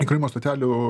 įkrovimo stotelių